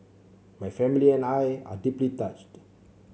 my family and I are deeply touched